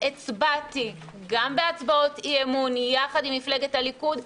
הצבעתי גם בהצבעות אי-אמון יחד עם מפלגת הליכוד,